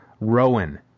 Rowan